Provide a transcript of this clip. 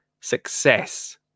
success